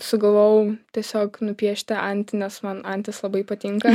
sugalvojau tiesiog nupiešti antį nes man antys labai patinka